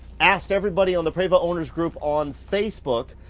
asked everybody on the prevost owners group on facebook,